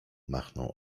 machnął